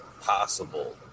possible